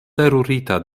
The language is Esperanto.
terurita